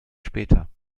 später